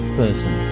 person